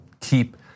keep